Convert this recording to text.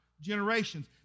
generations